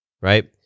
right